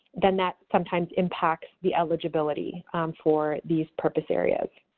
then that sometimes impacts the eligibility for these purpose areas.